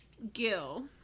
Gil